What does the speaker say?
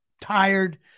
tired